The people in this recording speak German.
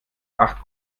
acht